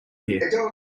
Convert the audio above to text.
here